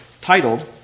titled